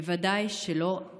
בוודאי שלא,